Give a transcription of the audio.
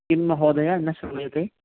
किं महोदयः न श्रूयते